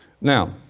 Now